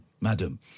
madam